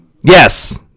Yes